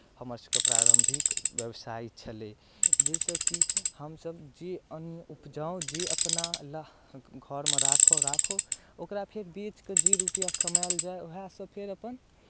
हमर सभके प्रारम्भिक व्यवसाय छलय जाहिसँ कि हमसभ जे अन्न उपजाउ जे अपना ल् घरमे राखओ राखओ ओकरा फेर बेचि कऽ जे रुपैआ कमायल जाय उएहसँ फेर अपन